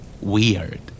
Weird